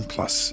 Plus